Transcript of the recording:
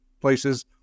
places